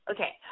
Okay